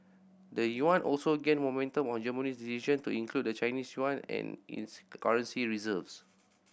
the yuan also gained momentum on Germany's decision to include the Chinese yuan in its currency reserves